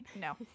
no